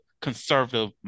conservative